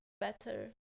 Better